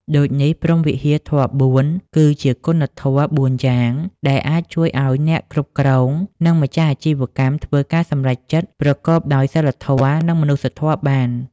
ដូចនេះ ព្រហ្មវិហារធម៌៤ គឺជាគុណធម៌៤យ៉ាងដែលអាចជួយឱ្យអ្នកគ្រប់គ្រង និងម្ចាស់អាជីវកម្មធ្វើការសម្រេចចិត្តប្រកបដោយសីលធម៌ និងមនុស្សធម៌បាន។